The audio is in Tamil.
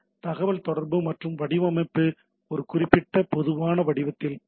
தகவல்தொடர்பு அல்லது வடிவமைப்பு ஒரு குறிப்பிட்ட பொதுவான வடிவத்தில் உள்ளது